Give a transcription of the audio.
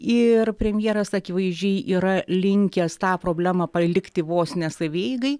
ir premjeras akivaizdžiai yra linkęs tą problemą palikti vos ne savieigai